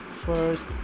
first